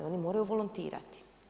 Oni moraju volontirati.